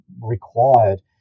required